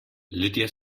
lydia